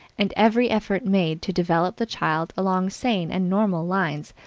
and every effort made to develop the child along sane and normal lines,